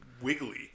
wiggly